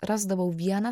rasdavau vieną